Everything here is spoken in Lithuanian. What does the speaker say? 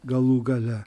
galų gale